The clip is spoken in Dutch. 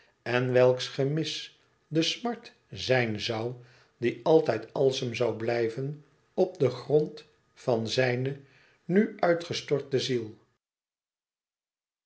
en welks gemis de smart zijn zoû die altijd alsem zoû blijven op den grond van zijne nu uitgestorte ziel